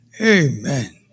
Amen